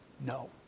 No